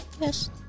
yes